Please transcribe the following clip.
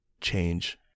change